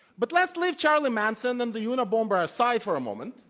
but let's leave charlie manson and the unibomber aside for a moment.